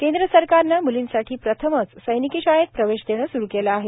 केंद्र सरकारनं म्लींसाठी प्रथमच सैनिकी शाळेत प्रवेश देणे स्रू केलं आहे